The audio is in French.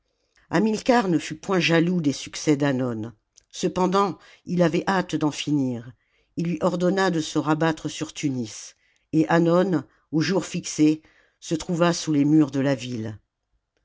hamilcar ne fut point jaloux des succès d'hannon cependant il avait hâte d'en finir il lui ordonna de se rabattre sur tunis et hannon au jour fixé se trouva sous les murs de la ville